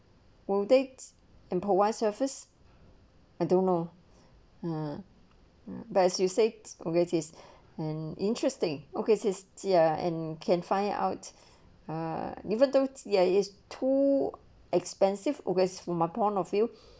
verdict impervious surface I don't know ah but as you six communities and interesting okay his ya and can find out ah even though there is too expensive west from my point of view